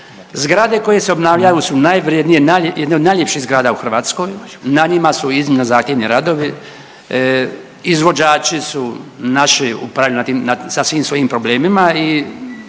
Zgrade koje se obnavljaju su najvrijednije, najlje…, jedne od najljepših zgrada u Hrvatskoj, na njima su iznimno zahtjevni radovi, izvođači su naši …/Govornik se ne razumije/…sasvim u svojim problemima i